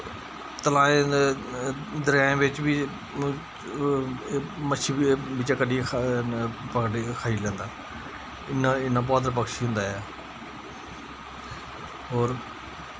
तलाएं ते दरियाएं बिच्च बी मच्छी बिच्चा दा कड्डियै पकड़ी खाई लैंदा इन्ना इन्ना बहादुर पक्षी होंदा ऐ होर